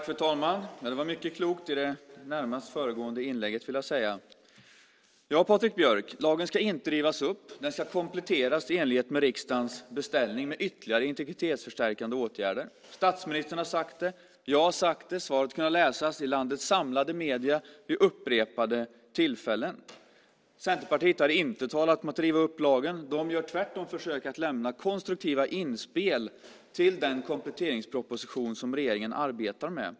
Fru talman! Det sades mycket klokt i det närmast föregående inlägget. Ja, Patrik Björck, lagen ska inte rivas upp. Den ska kompletteras i enlighet med riksdagens beställning med ytterligare integritetsförstärkande åtgärder. Statsministern har sagt det, och jag har sagt det. Svaret har kunnat läsas i landets samlade medier vid upprepade tillfällen. Centerpartiet har inte talat om att riva upp lagen. De gör tvärtom försök att lämna konstruktiva inspel till den kompletteringsproposition som regeringen arbetar med.